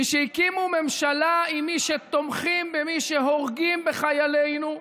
מי שהקימו ממשלה עם מי שתומכים במי שהורגים בחיילינו,